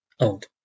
old